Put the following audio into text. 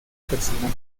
personal